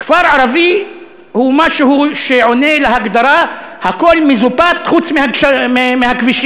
כפר ערבי הוא משהו שעונה להגדרה: הכול מזופת חוץ מהכבישים.